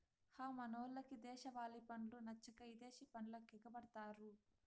హ మనోళ్లకు దేశవాలి పండ్లు నచ్చక ఇదేశి పండ్లకెగపడతారు